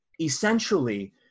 essentially